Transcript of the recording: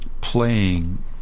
playing